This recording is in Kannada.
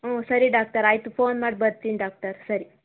ಹ್ಞೂ ಸರಿ ಡಾಕ್ಟರ್ ಆಯಿತು ಫೋನ್ ಮಾಡಿ ಬರ್ತೀನಿ ಡಾಕ್ಟರ್ ಸರಿ